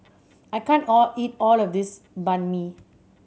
I can't all eat all of this Banh Mi